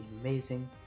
amazing